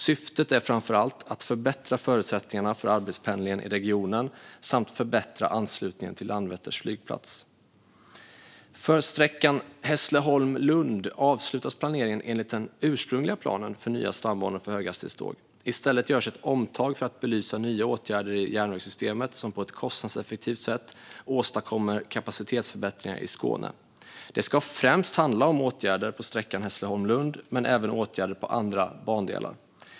Syftet är framför allt att förbättra förutsättningarna för arbetspendlingen i regionen samt att förbättra anslutningen till Landvetters flygplats. För sträckan Hässleholm-Lund avslutas planeringen enligt den ursprungliga planen för nya stambanor för höghastighetståg. I stället görs ett omtag för att belysa nya åtgärder i järnvägssystemet, som på ett kostnadseffektivt sätt åstadkommer kapacitetsförbättringar i Skåne. Det ska främst handla om åtgärder på sträckan Hässleholm-Lund men även åtgärder på andra bandelar.